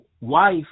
wife